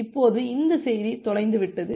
இப்போது இந்த செய்தி தொலைந்துவிட்டது